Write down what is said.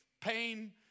pain